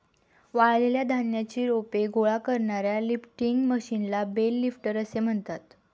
वाळलेल्या धान्याची रोपे गोळा करणाऱ्या लिफ्टिंग मशीनला बेल लिफ्टर असे म्हणतात